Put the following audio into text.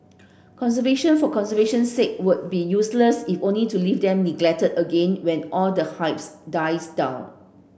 conservation for conservation's sake would be useless if only to leave them neglected again when all the hypes dies down